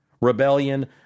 Rebellion